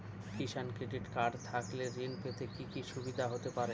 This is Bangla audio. কিষান ক্রেডিট কার্ড থাকলে ঋণ পেতে কি কি সুবিধা হতে পারে?